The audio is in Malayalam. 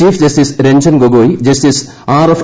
chief justice Ranjan Gogoi justice R F